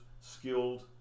skilled